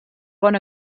bon